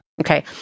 Okay